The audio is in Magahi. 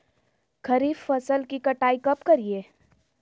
खरीफ फसल की कटाई कब करिये?